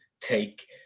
take